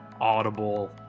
Audible